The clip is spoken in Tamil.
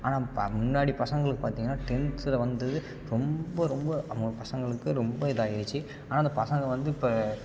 ஆனால் இப்போ முன்னாடி பசங்களுக்குப் பார்த்தீங்கன்னா டென்த்தில் வந்தது ரொம்ப ரொம்ப அவங்களுக்குப் பசங்களுக்கு ரொம்ப இதாகிருச்சி ஆனால் அந்த பசங்கள் வந்து இப்போ